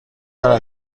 دارد